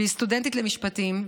והיא סטודנטית למשפטים,